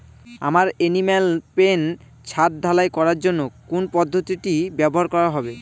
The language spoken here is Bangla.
আমার এনিম্যাল পেন ছাদ ঢালাই করার জন্য কোন পদ্ধতিটি ব্যবহার করা হবে?